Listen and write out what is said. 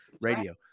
radio